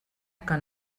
que